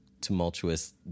tumultuous